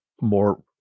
more